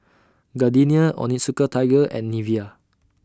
Gardenia Onitsuka Tiger and Nivea